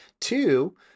Two